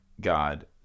God